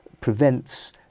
prevents